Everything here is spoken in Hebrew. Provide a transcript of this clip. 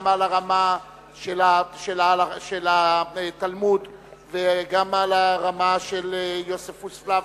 גם על הרמה של התלמוד וגם על הרמה של יוספוס פלביוס,